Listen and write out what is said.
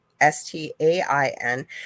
s-t-a-i-n